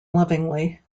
lovingly